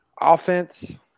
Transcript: Offense